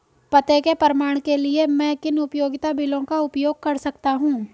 पते के प्रमाण के लिए मैं किन उपयोगिता बिलों का उपयोग कर सकता हूँ?